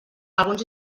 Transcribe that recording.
alguns